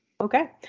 Okay